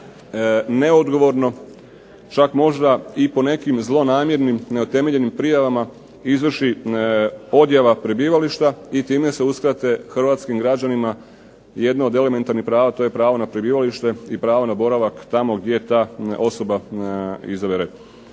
se neodgovorno, čak možda i po nekim zlonamjernim, neutemeljenim prijavama izvrši odjava prebivališta i time se uskrate hrvatskim građanima jedno od elementarnih prava. To je pravo na prebivalište i pravo na boravak tamo gdje ta osoba izabere.